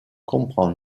comprend